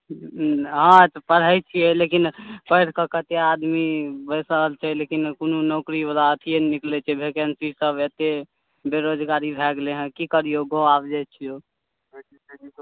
हँ तऽ पढ़ैत छियै लेकिन पढ़ि कऽ कतेक आदमी बैसल छै लेकिन कोनो नौकरीवला अथिए नहि निकलैत छै भेकन्सीसभ एतेक बेरोजगारी भए गेलैए की करियौ गाम आबि जाइत छियौ